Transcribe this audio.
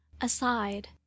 Aside